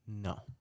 No